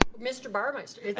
mr. bauermeister. it